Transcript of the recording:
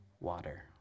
water